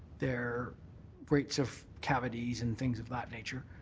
their rates of cavities and things of that nature,